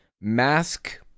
mask